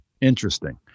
Interesting